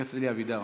חבר הכנסת אלי אבידר